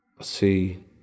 See